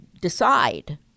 decide